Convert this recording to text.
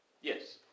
Yes